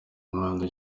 umwanda